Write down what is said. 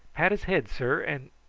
pat his head, sir, and,